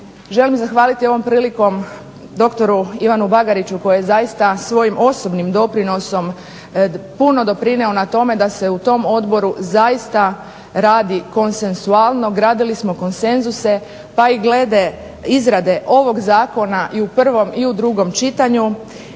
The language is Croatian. Želim zahvaliti ovom prilikom doktoru Ivanu Bagariću koji je zaista svojim osobnim doprinosom puno doprinio na tome da se u tom Odboru zaista radi konsensualno, gradili smo konsenzuse pa i glede ovog Zakona i u prvom i u drugom čitanju.